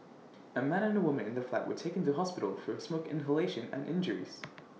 A man and A woman in the flat were taken to hospital for A smoke inhalation and injuries